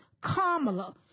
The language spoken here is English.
Kamala